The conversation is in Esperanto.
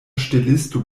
ŝtelisto